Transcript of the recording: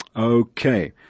Okay